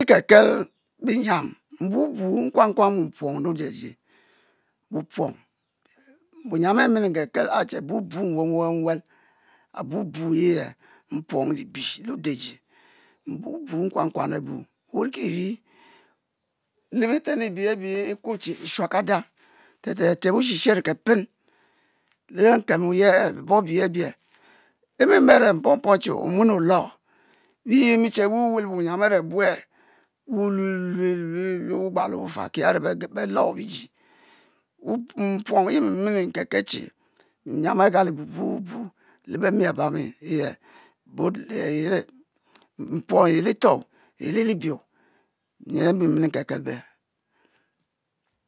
E'kel-kel mbu mbu nkuan wupuong le odajie, wupuong binyiam e-mmili ge kel e che abu-bu nwe nwe nwe abubu e-he, mpuong libie le odajie, mbubu nkuan nkuan ebu wurikiri, le-beten ebiye ebi ekuo che eshuekada, tetete wushi shero kefen, lenkan oyie eh, bibor ibiye ime-me a're mpom-pom che onwuen o'lou, yi yi imi che wuwuel wunyiam a're bue, wulue-lue lue wugbalo wu-faki a're be-lou bidi, mpuong yi mi nmili kekel che, binyiam agalli bu bu bu le be-mi abami hehe both le he, mpuong yi litoh yi le-libie, bi mmili kekel be'